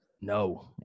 no